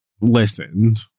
listened